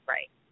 Right